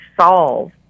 solve